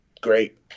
Great